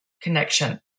connection